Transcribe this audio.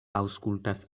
aŭskultas